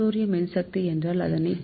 சூரிய மின்சக்தி என்றால் அதனை டி